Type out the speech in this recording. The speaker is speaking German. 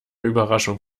überraschung